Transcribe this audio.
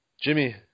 Jimmy